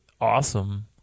awesome